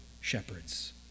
shepherds